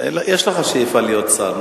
יש לך שאיפה להיות שר,